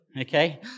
okay